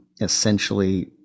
essentially